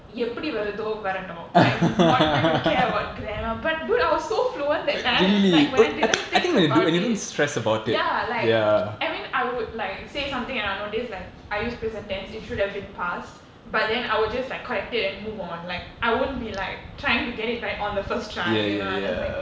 எப்படிவருதோவரட்டும்:epadi varutho varattum I'm not going to care about grammar but dude I was so fluent that time like when I didn't think about it ya like I mean I would like say something and I'll notice like I used present tense it should have been past but then I would just like connect it and move on like I won't be like trying to get it like on the first try you know I just like